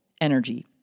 energy